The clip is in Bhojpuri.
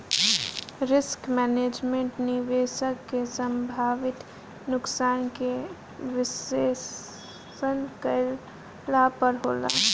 रिस्क मैनेजमेंट, निवेशक के संभावित नुकसान के विश्लेषण कईला पर होला